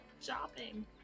shopping